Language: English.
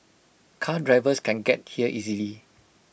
car drivers can get here easily